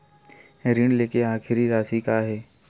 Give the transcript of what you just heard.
ऋण लेके आखिरी राशि का हे?